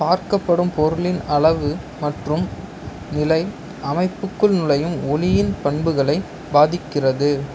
பார்க்கப்படும் பொருளின் அளவு மற்றும் நிலை அமைப்புக்குள் நுழையும் ஒளியின் பண்புகளை பாதிக்கிறது